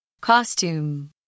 costume